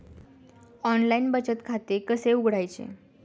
Online बचत खाते कसे उघडायचे?